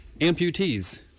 amputees